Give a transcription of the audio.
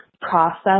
process